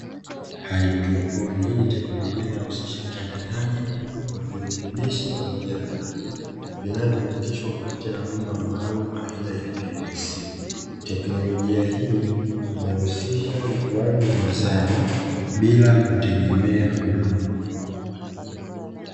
Haidroponi hii ni teknolojia inayohusisha uchanganyaji wa virutubishi pamoja maji, vinavyopitishwa kupitia mabomba maalumu aina ya PVC. Teknolojia hii inahusisha ukuaji wa mazao bila kutegemea udongo.